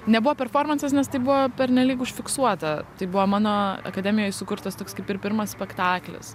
nebuvo performansas nes tai buvo pernelyg užfiksuota tai buvo mano akademijoj sukurtas toks kaip ir pirmas spektaklis